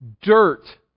dirt